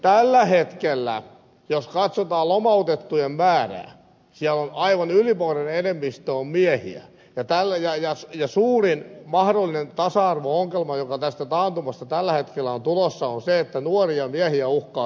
tällä hetkellä jos katsotaan lomautettujen määrää siellä aivan ylivoimainen enemmistö on miehiä ja suurin mahdollinen tasa arvo ongelma joka tästä taantumasta tällä hetkellä on tulossa on se että nuoria miehiä uhkaa syrjäytyä